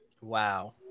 wow